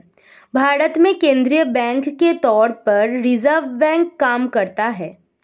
भारत में केंद्रीय बैंक के तौर पर रिज़र्व बैंक काम करता है